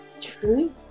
true